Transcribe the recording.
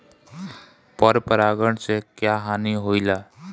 पर परागण से क्या हानि होईला?